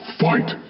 fight